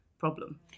problem